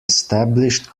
established